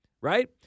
right